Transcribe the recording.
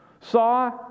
saw